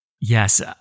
Yes